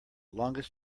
longest